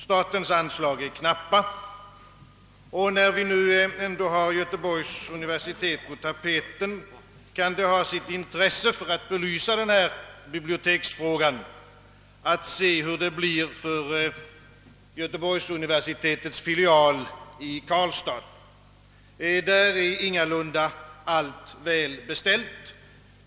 Statens anslag är knappa. När vi nu ändå behandlar göteborgsuniversitetet, kan det för att belysa biblioteksfrågan ha sitt intresse att också se, hur det blir för göteborgsuniversitetets filial i Karlstad. Där är ingalunda allt väl beställt.